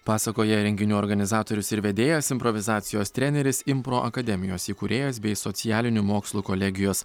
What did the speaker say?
pasakoja renginių organizatorius ir vedėjas improvizacijos treneris impro akademijos įkūrėjas bei socialinių mokslų kolegijos